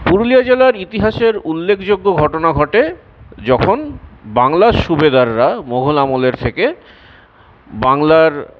পুরুলিয়া জেলার ইতিহাসের উল্লেখযোগ্য ঘটনা ঘটে যখন বাংলার সুবেদাররা মোঘল আমলের থেকে বাংলার